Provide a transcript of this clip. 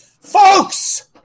Folks